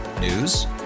News